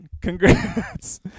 Congrats